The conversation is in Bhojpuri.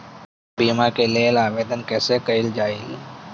बीमा के लेल आवेदन कैसे कयील जाइ?